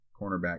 cornerback